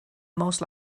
most